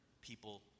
people